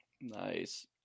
nice